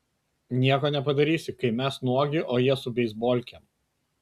nieko nepadarysi kai mes nuogi o jie su beisbolkėm